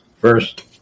First